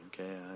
okay